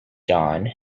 john